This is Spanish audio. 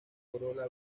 corola